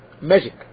magic